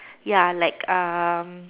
ya like um